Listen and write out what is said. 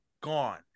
gone